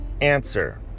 Answer